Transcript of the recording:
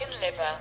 liver